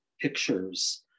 pictures